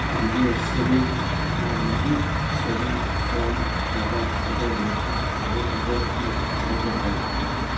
Bombay shaving turmeric shaving foam product ꯑꯗꯨ ꯂꯨꯄꯥ seven ꯍꯟꯗ꯭ꯔꯦꯠꯀꯤ ꯂꯩꯒꯗ꯭ꯔꯥ